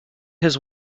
his